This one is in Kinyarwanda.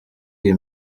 iyi